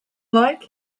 like